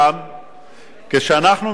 אלה שיושבים כאן,